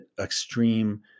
extreme